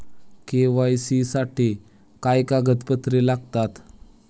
KYC साठी काय कागदपत्रे लागतात?